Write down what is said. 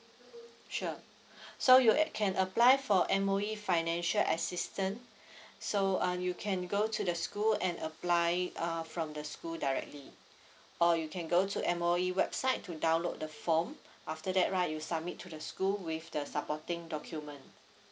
sure so you can apply for M_O_E financial assistance so uh you can go to the school and apply uh from the school directly or you can go to M_O_E website to download the form after that right you submit to the school with the supporting document